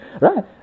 right